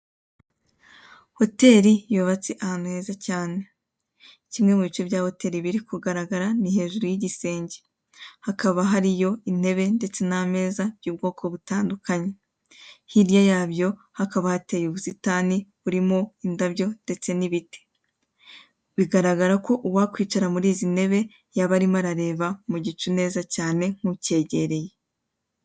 Hoteri yubatse ahantu heza cyane, kimwe mu bice bya hoteri biri kugaragara ni hejuru y'igisenge . Hakaba hariyo intebe ndetse n'ameza y'ubwoko butandukanye. Hirya yabyo hakaba hateye ubusitani burimo indabyo ndetse n'ibiti. Bigaragara ko uwakwicara muri izi ntebe yaba arimo arareba mu gicu neza nk'ukegereye